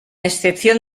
excepción